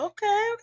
Okay